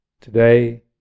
Today